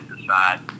decide